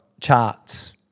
charts